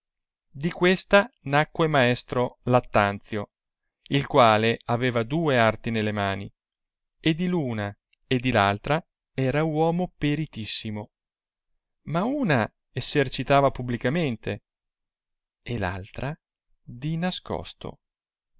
di questa nacque maestro lattanzio il quale aveva due arti alle mani e di l'una e di l'altra era uomo peritissimo ma una essercitava publicamente e l altra di nascosto